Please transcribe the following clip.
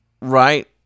right